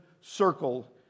Circle